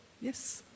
Yes